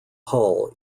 hull